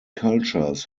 cultures